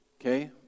Okay